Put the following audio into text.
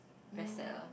very sad ah